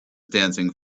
dancing